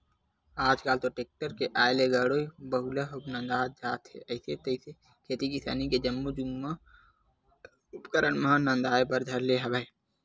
आल कल तो टेक्टर के आय ले गाड़ो बइलवो नंदात जात हे अइसे तइसे खेती किसानी के जम्मो जुन्ना उपकरन मन ह नंदाए बर धर ले हवय